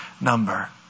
number